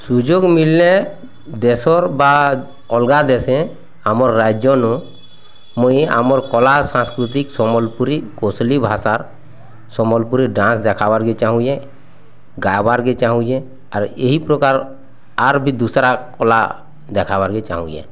ସୁଯୋଗ ମିଳିଲେ ଦେଶର ବା ଅଲଗା ଦେଶେ ଆମ ରାଜ୍ୟନୁ ମୁଁ ଆମର କଲା ସାଂସ୍କୃତିକ୍ ସମ୍ୱଲପୁରୀ କୌଶଲି ଭାଷା ସମ୍ୱଲପୁରୀ ଡ୍ୟାନ୍ସ ଦେଖ୍ବାର୍କେ ଚାହୁଁଛେ ଗାଇବାର୍କେ ଚାହୁଁଛେ ଆର୍ ଏହିପ୍ରକାର ଆର୍ ବି ଦୁସ୍ରା କଲା ଦେଖାବାର୍କେ ଚାହୁଁଛେ